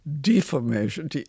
deformation